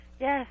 Yes